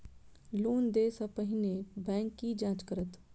Loan देय सा पहिने बैंक की जाँच करत?